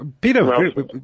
Peter